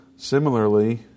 Similarly